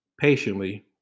patiently